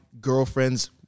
girlfriend's